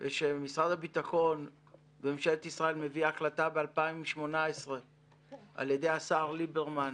וכשממשלת ישראל מביאה החלטה ב-2018 על ידי השר ליברמן